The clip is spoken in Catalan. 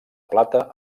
plata